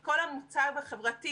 כל המוטב החברתי,